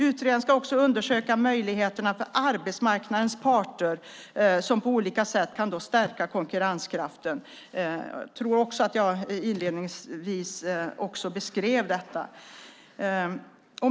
Utredaren ska också undersöka möjligheter för arbetsmarknadens parter som på olika sätt kan stärka konkurrenskraften. Jag tror att jag inledningsvis beskrev också detta.